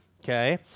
okay